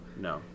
No